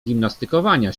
gimnastykowania